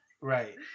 right